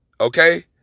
okay